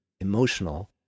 emotional